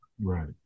Right